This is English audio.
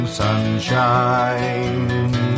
sunshine